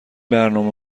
برنامه